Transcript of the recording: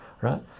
right